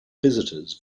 visitors